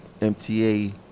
MTA